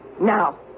Now